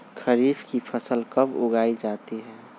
खरीफ की फसल कब उगाई जाती है?